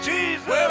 Jesus